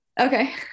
Okay